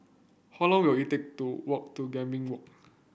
how long will it take to walk to Gambir Walk